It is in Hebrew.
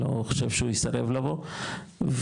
אני לא חושב שהוא יסרב לבוא ולכן,